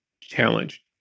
challenge